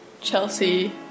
Chelsea